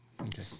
Okay